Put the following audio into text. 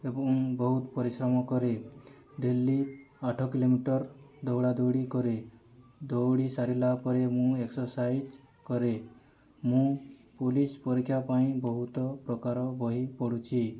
ଏବଂ ବହୁତ ପରିଶ୍ରମ କରେ ଡେଲି ଆଠ କିଲୋମିଟର ଦୌଡ଼ାଦୌଡ଼ି କରେ ଦୌଡ଼ି ସାରିଲା ପରେ ମୁଁ ଏକ୍ସରସାଇଜ କରେ ମୁଁ ପୋଲିସ ପରୀକ୍ଷା ପାଇଁ ବହୁତ ପ୍ରକାର ବହି ପଢ଼ୁଛି